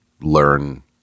learn